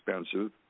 expensive